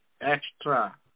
extra